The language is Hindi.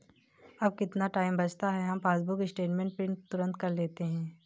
अब कितना टाइम बचता है, हम पासबुक स्टेटमेंट प्रिंट तुरंत कर लेते हैं